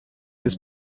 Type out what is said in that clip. des